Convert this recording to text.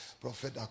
Prophet